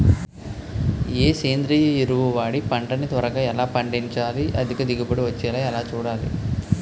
ఏ సేంద్రీయ ఎరువు వాడి పంట ని త్వరగా ఎలా పండించాలి? అధిక దిగుబడి వచ్చేలా ఎలా చూడాలి?